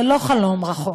זה לא חלום רחוק,